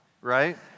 right